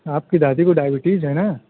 آپ کی دادی کو ڈائبٹیز ہے نا